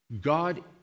God